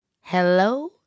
Hello